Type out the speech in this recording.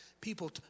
people